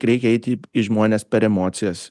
reikia eiti į žmones per emocijas